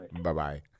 bye-bye